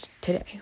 today